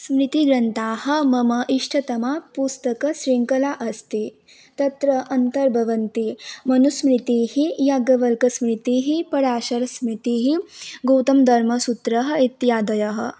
स्मृतिग्रन्थाः मम इष्टतमा पुस्तकशृङ्खला अस्ति तत्र अन्तर्भवति मनुस्मृतिः याज्ञवल्क्यस्मृतिः पराशरस्मृतिः गौतमधर्मसूत्रम् इत्यादयः